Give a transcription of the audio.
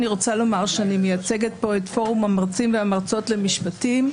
אני רוצה לומר שאני מייצגת פה את פורום המרצים והמרצות למשפטים,